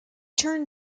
turned